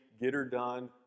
get-her-done